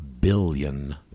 billion